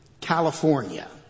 California